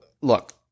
look